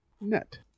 Net